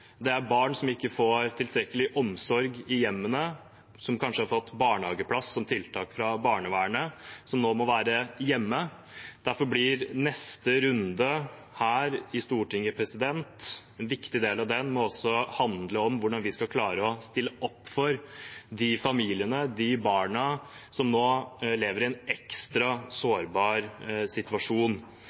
det er barn som ikke får tilstrekkelig omsorg i hjemmene, som kanskje har fått barnehageplass som tiltak fra barnevernet, som nå må være hjemme. Derfor må en viktig del av neste runde her i Stortinget handle om hvordan vi skal klare å stille opp for de familiene, de barna som nå lever i en ekstra sårbar situasjon.